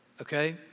okay